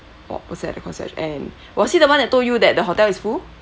uh who was at the concierge and was he the one who told you that the hotel is full